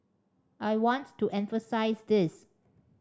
I want to emphasise this